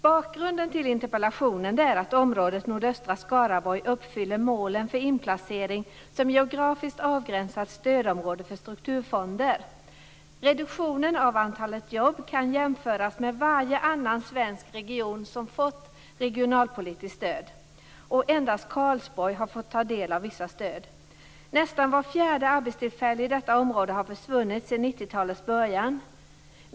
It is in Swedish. Bakgrunden till interpellationen är att området nordöstra Skaraborg uppfyller målen för inplacering som geografiskt avgränsat stödområde för strukturfonder. Reduktionen av antalet jobb kan jämföras med varje annan svensk region som fått regionalpolitiskt stöd. Och endast Karlsborg har fått ta del av vissa stöd. Nästan vart fjärde arbetstillfälle i detta område har försvunnit sedan 90-talets början.